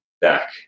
back